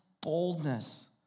boldness